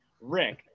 Rick